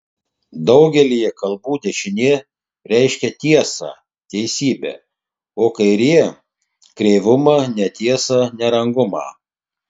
daugelyje kalbų dešinė reiškia tiesą teisybę o kairė kreivumą netiesą nerangumą